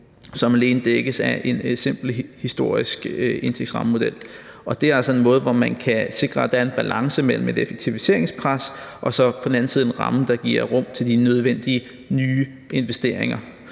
som alene dækkes af en simpel historisk indtægtsrammemodel, og det er altså en måde, hvor man kan sikre, at der er en balance mellem et effektiviseringspres og så på den anden side en ramme, der giver rum til de nødvendige nye investeringer.